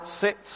sits